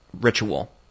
ritual